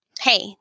hey